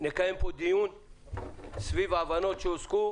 נקיים בו דיון סביב ההבנות שהושגו,